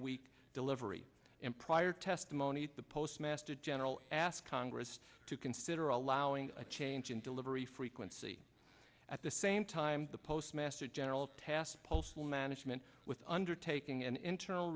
week delivery in prior testimony the postmaster general asked congress to consider allowing a change in delivery frequency at the same time the postmaster general task postal management with undertaking an internal